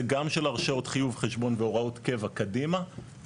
גם של הרשאות חיוב חשבון והוראות קבע קדימה,